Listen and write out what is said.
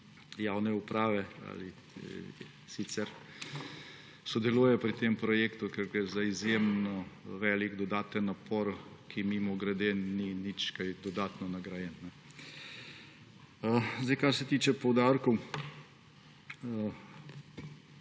javne uprave ali sicer sodelujejo pri tem projektu, ker gre za izjemno velik dodaten napor, ki, mimogrede, ni nič kaj dodatno nagrajen. Kar se tiče poudarkov.